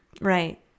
Right